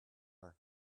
our